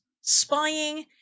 spying